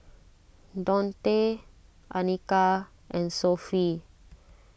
Daunte Anika and Sophie